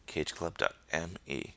CageClub.me